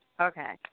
Okay